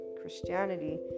christianity